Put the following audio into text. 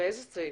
באיזה סעיף?